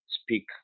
speak